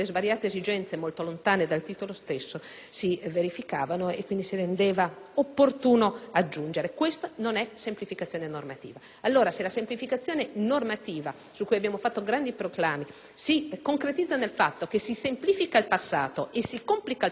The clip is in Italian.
opportuno aggiungere. Questa non è semplificazione normativa. Allora, se la semplificazione normativa, su cui abbiamo fatto grandi proclami, si concretizza nel fatto che si semplifica il passato e si complica il presente per perpetuare la specie, devo dire che è vero che abbiamo innovato ma con la